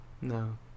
no